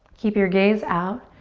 keep your gaze out.